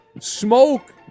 smoke